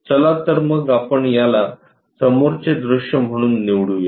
चला तर मग आपण याला समोरचे दृश्य म्हणून निवडूया